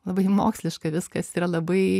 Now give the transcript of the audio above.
labai moksliška viskas yra labai